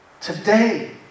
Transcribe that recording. today